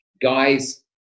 guys